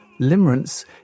Limerence